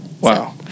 Wow